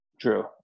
True